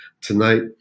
Tonight